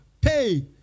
Pay